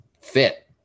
fit